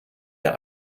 der